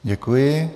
Děkuji.